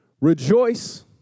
Rejoice